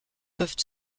peuvent